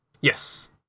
Yes